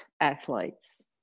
athletes